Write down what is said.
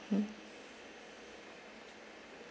mm